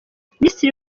minisitiri